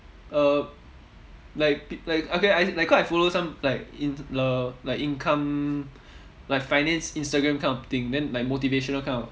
uh like pe~ like okay I cause I follow some like in~ the like income like finance instagram kind of thing then like motivational kind of